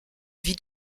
vie